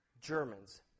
Germans